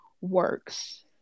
works